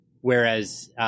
whereas